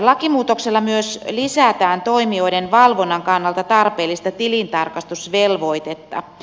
lakimuutoksella myös lisätään toimijoiden valvonnan kannalta tarpeellista tilintarkastusvelvoitetta